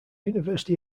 university